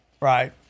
right